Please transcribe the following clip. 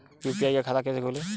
UPI का खाता कैसे खोलें?